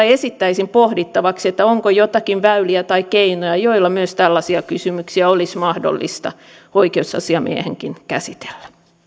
esittäisin pohdittavaksi onko joitakin väyliä tai keinoja joilla myös tällaisia kysymyksiä olisi mahdollista oikeusasiamiehenkin käsitellä